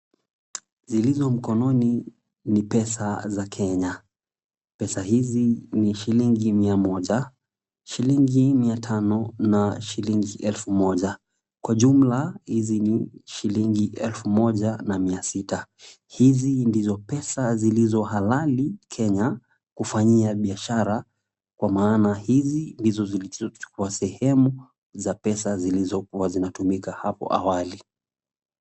Zilizo mkononi ni pesa za Kenya. Pesa hizi ni shilingi mia moja, shilingi mia tano na shilingi elfu moja. Kwa jumla hizi ni shilingi elfu moja na mia sita. Hizi ndizo pesa zilizo halali Kenya, kufanyia biashara kwa maana hizi ndizo zilizochukua sehemu ya pesa zilizokuwa zikitumika hapo awali.